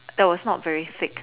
it was not very thick